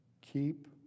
Keep